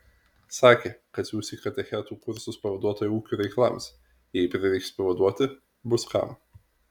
sakė kad siųs į katechetų kursus pavaduotoją ūkio reikalams jei prireiks pavaduoti bus kam